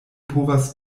povas